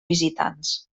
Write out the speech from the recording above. visitants